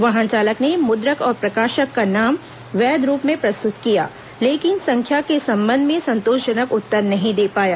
वाहन चालक ने मुद्रक और प्रकाशक का नाम वैध रूप में प्रस्तुत किया लेकिन संख्या के संबंध में संतोषजनक उत्तर नहीं दे पाया